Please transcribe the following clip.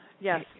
Yes